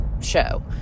show